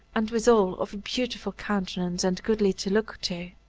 and withal of a beautiful countenance, and goodly to look to.